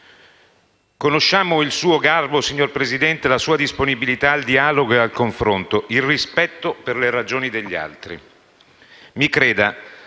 Conosciamo il suo garbo, signor Presidente, la sua disponibilità al dialogo e al confronto, il rispetto per le ragioni degli altri. Mi creda,